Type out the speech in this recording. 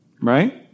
Right